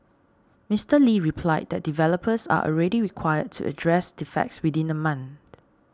Mister Lee replied that developers are already required to address defects within a month